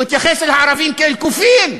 הוא התייחס אל הערבים כאל קופים.